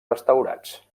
restaurats